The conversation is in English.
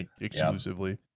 exclusively